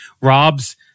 rob's